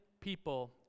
people